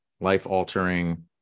life-altering